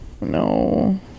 No